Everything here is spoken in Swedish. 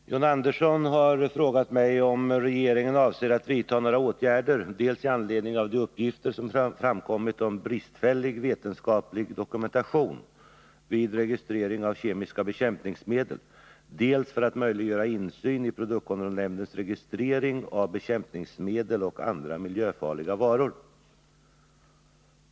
Herr talman! John Andersson har frågat mig om regeringen avser att vidta några åtgärder dels i anledning av de uppgifter som framkommit om bristfällig vetenskaplig dokumentation vid registering av kemiska bekämpningsmedel, dels för att möjliggöra insyn i produktkontrollnämndens registrering av bekämpningsmedel och andra miljöfarliga varor.